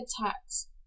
attacks